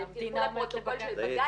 זה מפרוטוקול של בג"ץ.